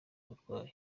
uburwayi